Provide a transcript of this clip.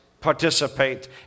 participate